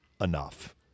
enough